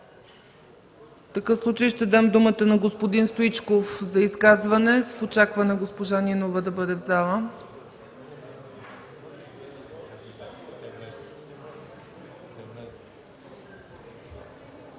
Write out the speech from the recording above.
такъв случай ще дам думата на господин Стоичков за изказване, с очакване госпожа Нинова да бъде в залата.